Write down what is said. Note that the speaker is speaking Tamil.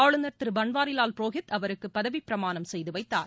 ஆளுநர் திரு பன்வாரிலால் புரோஹித் அவருக்கு பதவிப்பிரமாணம் செய்துவைத்தார்